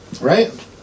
Right